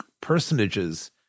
personages